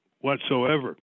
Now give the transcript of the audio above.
whatsoever